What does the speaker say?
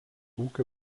ūkio